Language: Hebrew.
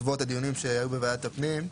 בעקבות הדיונים שהיו בוועדת הפנים.